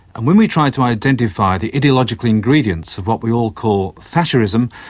and when we try to identify the ideological ingredients of what we all call thatcherism,